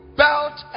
belt